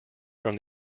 from